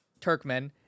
Turkmen